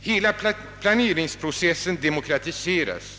Hela planeringsprocessen demokratiseras.